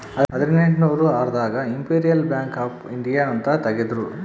ಹದಿನೆಂಟನೂರ ಆರ್ ದಾಗ ಇಂಪೆರಿಯಲ್ ಬ್ಯಾಂಕ್ ಆಫ್ ಇಂಡಿಯಾ ಅಂತ ತೇಗದ್ರೂ